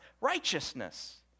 righteousness